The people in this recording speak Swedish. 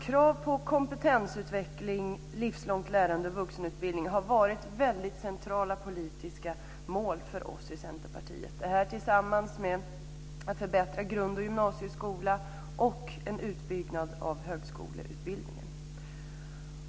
Krav på kompetensutveckling, livslångt lärande och vuxenutbildning har varit väldigt centrala politiska mål för oss i Centerpartiet, det här tillsammans med en förbättrad grund och gymnasieskola och en utbyggnad av högskoleutbildningen.